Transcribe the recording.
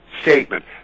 statement